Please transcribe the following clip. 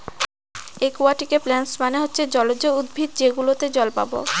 একুয়াটিকে প্লান্টস মানে হচ্ছে জলজ উদ্ভিদ যেগুলোতে জল পাবো